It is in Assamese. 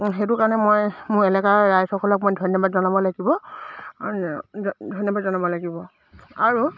সেইটো কাৰণে মই মোৰ এলেকা ৰাইজসকলক মই ধন্যবাদ জনাব লাগিব ধন্যবাদ জনাব লাগিব আৰু